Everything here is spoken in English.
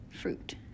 fruit